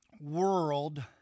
world